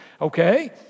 okay